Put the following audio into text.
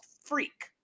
freak